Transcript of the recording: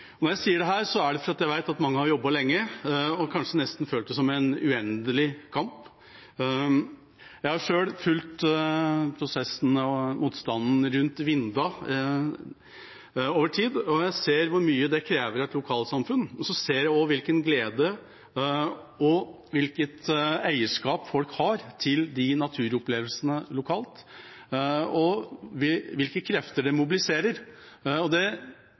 plass. Når jeg sier dette, er det fordi jeg vet at mange har jobbet lenge og kanskje følt det som nesten en uendelig kamp. Jeg har selv fulgt prosessene og motstanden rundt elva Vinda over tid, og jeg har sett hvor mye det krever av et lokalsamfunn. Jeg har også sett hvilken glede en har av naturen, hvilket eierskap en har til naturopplevelsene lokalt, og hvilke krefter det mobiliserer. Det